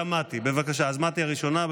גם מטי, בבקשה, אז מטי הראשונה.